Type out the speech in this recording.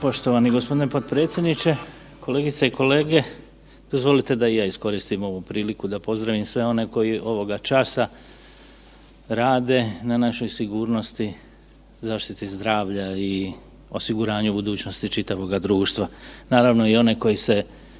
Poštovani gospodine potpredsjedniče, kolegice i kolege dozvolite da i ja iskoristim ovu priliku da pozdravim sve one koji ovoga časa rade na našoj sigurnosti, zaštiti zdravlja i osiguranju budućnosti čitavoga društva, naravno i one koji se